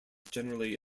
generally